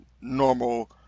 normal